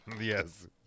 Yes